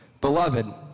Beloved